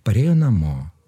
parėjo namo